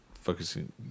focusing